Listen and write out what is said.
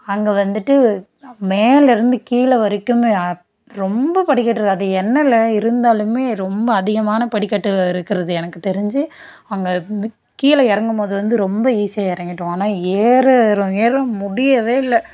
அங்கே வந்துவிட்டு மேலருந்து கீழே வரைக்குமே ரொம்ப படிக்கட்டு இருக்கு அது எண்ணல இருந்தாலுமே ரொம்ப அதிகமான படிக்கட்டு இருக்கிறது எனக்கு தெரிஞ்சு அங்கே கீழே இறங்கும்போது வந்து ரொம்ப ஈஸியாக இறங்கிட்டோம் ஆனால் ஏற ஏர்றோம் ஏர்றோம் முடியவே இல்லை